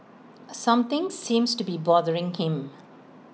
something seems to be bothering him